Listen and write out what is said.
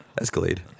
Escalade